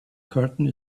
curtain